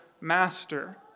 master